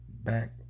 back